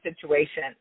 situation